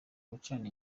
gucana